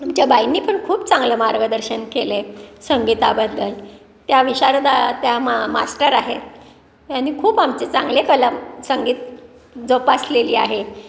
आमच्या बाईंनी पण खूप चांगलं मार्गदर्शन केलं आहे संगीताबद्दल त्या विशारद त्या मा मास्टर आहेत खूप आमचे चांगले कला संगीत जोपासलेली आहे